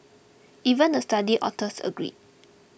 even the study authors agreed